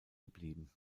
geblieben